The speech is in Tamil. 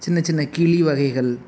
சின்ன சின்ன கிளி வகைகள்